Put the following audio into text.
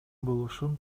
болушун